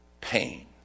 pain